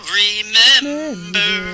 remember